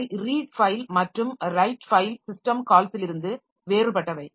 அவை read file மற்றும் write file system கால்ஸ்லிருந்து வேறுபட்டவை